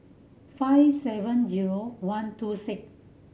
five seven zero one two six